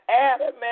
Adam